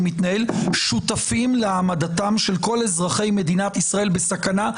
מתנהל שותפים להעמדתם של כל אזרחי מדינת ישראל בסכנה.